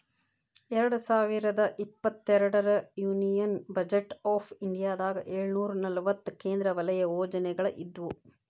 ಎರಡ್ ಸಾವಿರದ ಇಪ್ಪತ್ತೆರಡರ ಯೂನಿಯನ್ ಬಜೆಟ್ ಆಫ್ ಇಂಡಿಯಾದಾಗ ಏಳುನೂರ ನಲವತ್ತ ಕೇಂದ್ರ ವಲಯ ಯೋಜನೆಗಳ ಇದ್ವು